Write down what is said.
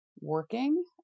Working